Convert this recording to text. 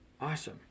Awesome